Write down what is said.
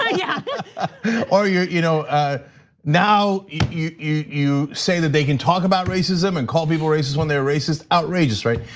ah yeah yeah or, yeah you know ah now you say that they can talk about racism and call people racist when they are racist, outrageous, right?